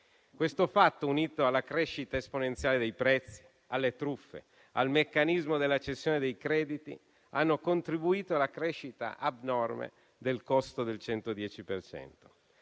Questo fatto, unito alla crescita esponenziale dei prezzi, alle truffe e al meccanismo della cessione dei crediti, ha contribuito alla crescita abnorme del costo del 110